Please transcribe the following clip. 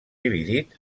dividit